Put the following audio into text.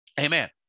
Amen